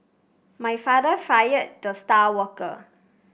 my father fired the star worker